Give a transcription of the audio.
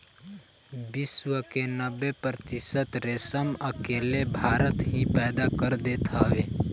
विश्व के नब्बे प्रतिशत रेशम अकेले भारत ही पैदा कर देत हवे